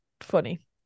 funny